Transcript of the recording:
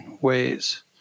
ways